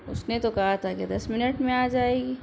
اس نے تو کہا تھا کہ دس منٹ میں آ جائے گی